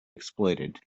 exploited